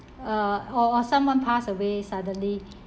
uh or or someone passed away suddenly